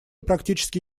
практически